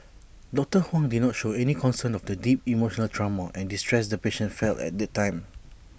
doctor Huang did not show any concern of the deep emotional trauma and distress the patient felt at that time